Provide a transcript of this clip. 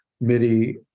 MIDI